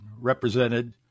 represented